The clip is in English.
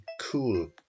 cool